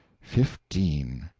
fifteen!